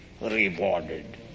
rewarded